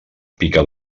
pica